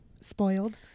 spoiled